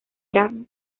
eran